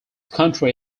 country